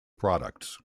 products